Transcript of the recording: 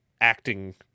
acting